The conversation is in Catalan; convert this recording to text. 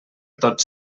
tots